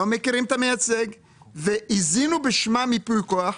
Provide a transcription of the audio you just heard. לא מכירים את המייצג והזינו בשמם ייפוי כוח,